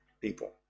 people